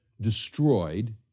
destroyed